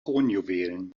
kronjuwelen